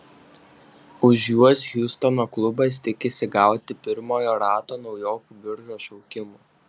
už juos hjustono klubas tikisi gauti pirmojo rato naujokų biržos šaukimų